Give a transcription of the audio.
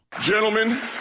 Gentlemen